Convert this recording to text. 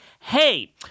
hey